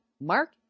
mark